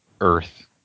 Earth